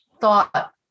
thought